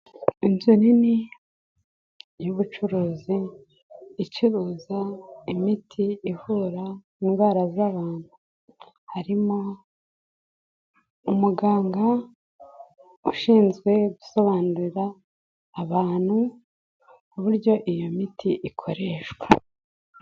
Inzu nini y'ubucuruzi icuruza imiti ivura indwara z'abantu harimo umuganga ushinzwe gusobanurira abantu uburyo iyo miti ikoreshwa.